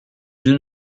d’une